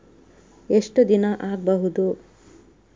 ಎಷ್ಟು ದಿನ ಆಗ್ಬಹುದು?